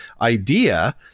idea